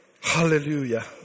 Hallelujah